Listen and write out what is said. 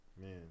Man